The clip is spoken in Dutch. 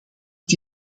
dit